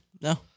No